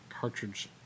cartridge